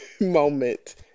moment